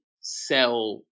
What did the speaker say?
sell